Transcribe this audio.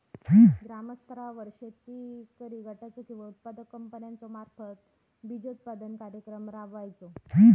ग्रामस्तरावर शेतकरी गटाचो किंवा उत्पादक कंपन्याचो मार्फत बिजोत्पादन कार्यक्रम राबायचो?